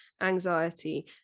anxiety